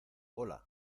hola